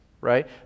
Right